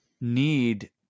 need